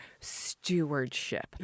stewardship